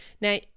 Now